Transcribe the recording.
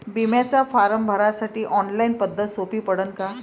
बिम्याचा फारम भरासाठी ऑनलाईन पद्धत सोपी पडन का?